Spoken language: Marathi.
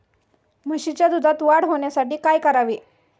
म्हशीच्या दुधात वाढ होण्यासाठी काय करावे?